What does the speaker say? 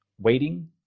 waiting